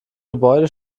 gebäude